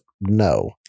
no